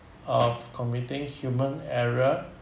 of committing human error